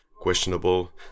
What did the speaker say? questionable